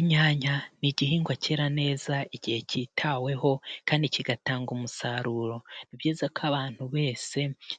Inyanya ni igihingwa cyera neza igihe kitaweho kandi kigatanga umusaruro. Ni byiza ko abantu bose